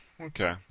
okay